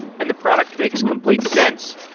and the product makes complete sense.